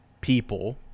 people